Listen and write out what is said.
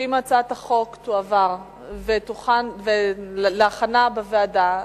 שאם הצעת החוק תועבר ותוכן להכנה בוועדה,